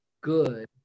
good